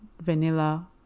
vanilla